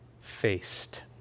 faced